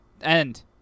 End